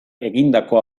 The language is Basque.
egindako